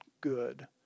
good